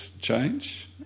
change